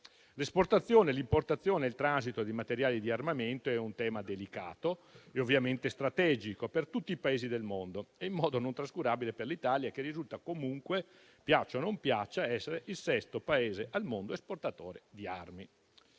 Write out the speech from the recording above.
L'esportazione, l'importazione e il transito di materiali di armamento sono un tema delicato e ovviamente strategico, per tutti i Paesi del mondo e in modo non trascurabile per l'Italia, che comunque, piaccia o non piaccia, risulta essere il sesto Paese al mondo esportatore di armi.